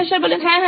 professor হ্যাঁ